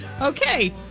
Okay